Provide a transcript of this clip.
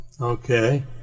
Okay